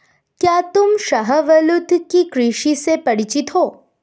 क्या तुम शाहबलूत की कृषि से परिचित हो?